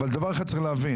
אבל דבר אחד צריך להבין,